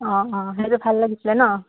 অঁ অঁ সেইটো ভাল লাগিছিলে ন